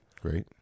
Great